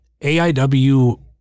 aiw